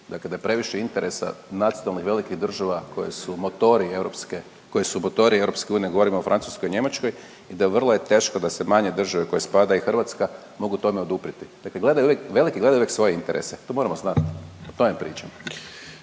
Dakle, da je previše interesa nacionalnih velikih država koje su motori Europske unije, ne govorim o Francuskoj i Njemačkoj i da vrlo je teško da se manje države u koje spada i Hrvatska mogu tome oduprijeti. Dakle, veliki gledaju uvijek svoje interese to moramo znati, o tome pričamo.